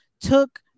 took